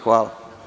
Hvala.